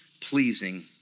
pleasing